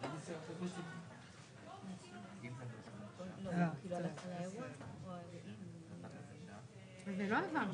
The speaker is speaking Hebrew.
סופית עם הודעה ברשומות ובעיתונות, הנה,